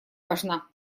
важна